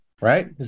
right